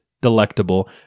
delectable